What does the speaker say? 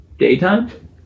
Daytime